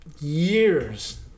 years